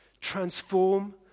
Transform